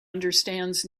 understands